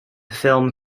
film